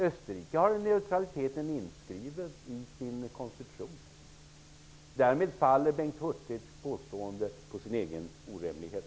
Österrike har neutraliteten inskriven i sin konstitution. Därmed faller Bengt Hurtigs påstående på sin egen orimlighet.